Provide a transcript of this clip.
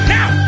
Now